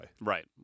Right